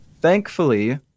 thankfully